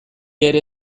ere